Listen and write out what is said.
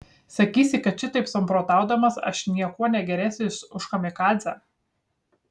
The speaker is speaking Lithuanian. sakysi kad šitaip samprotaudamas aš niekuo negeresnis už kamikadzę